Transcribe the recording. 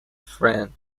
friend